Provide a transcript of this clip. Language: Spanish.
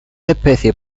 especies